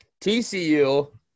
TCU